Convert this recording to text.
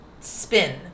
spin